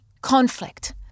conflict